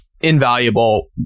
invaluable